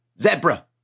Zebra